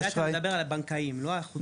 זה אתה מדבר על הבנקאיים, לא החוץ בנקאיים.